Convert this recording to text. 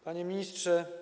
Panie Ministrze!